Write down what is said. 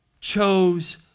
chose